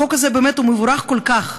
החוק הזה הוא מבורך כל כך,